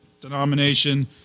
denomination